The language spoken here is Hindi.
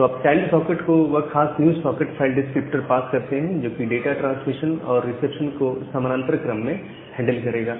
तो आप चाइल्ड सॉकेट को वह खास new socket file descriptor pass करते हैं जोकि डाटा ट्रांसमिशन और रिसेप्शन को समानांतर क्रम में हैंडल करेगा